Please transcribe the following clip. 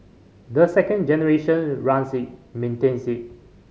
the second generation runs it maintains it